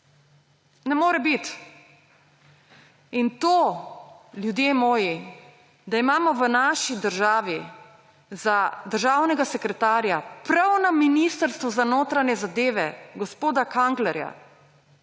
Ne more biti. In to, ljudje moji, da imamo v naši državi za državnega sekretarja prav na Ministrstvu za notranje zadeve gospoda Kanglerja,